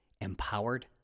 empowered